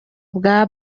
bwa